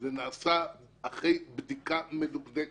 זה נעשה אחרי בדיקה מדוקדקת.